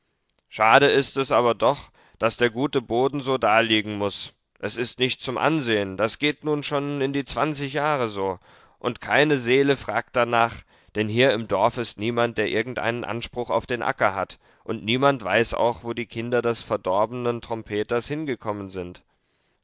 schade ist es aber doch daß der gute boden so daliegen muß es ist nicht zum ansehen das geht nun schon in die zwanzig jahre so und keine seele fragt danach denn hier im dorf ist niemand der irgendeinen anspruch auf den acker hat und niemand weiß auch wo die kinder des verdorbenen trompeters hingekommen sind